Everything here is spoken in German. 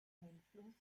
einfluss